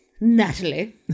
Natalie